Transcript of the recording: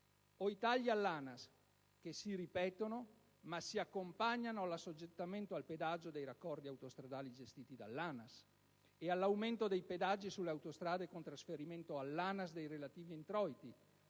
E tagli all'ANAS, che si ripetono, ma si accompagnano all'assoggettamento al pedaggio dei raccordi autostradali gestiti dall'ANAS e all'aumento dei pedaggi sulle autostrade, con trasferimento all'ANAS dei relativi introiti,